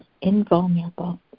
invulnerable